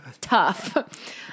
tough